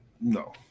no